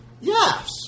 Yes